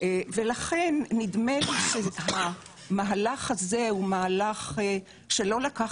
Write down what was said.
ולכן נדמה לי שהמהלך הזה הוא מהלך שלא לקח